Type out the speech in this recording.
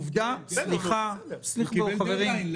עובדה --- הוא קיבל דדליין.